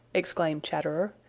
exclaimed chatterer.